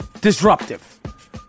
disruptive